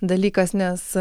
dalykas nes